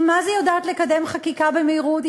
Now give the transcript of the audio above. היא מה זה יודעת לקדם חקיקה במהירות,